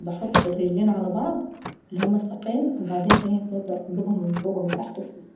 باحط الرجلين على بعض اللي هما الساقين وبعدين بابدأ انطبقهم على بعض.